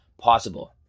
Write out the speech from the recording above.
possible